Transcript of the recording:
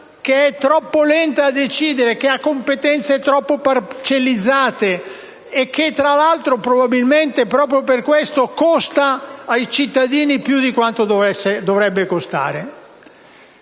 che è troppo lenta nel decidere, che ha competenze troppo parcellizzate e che tra l'altro, probabilmente proprio per questo, costa ai cittadini più di quanto dovrebbe costare.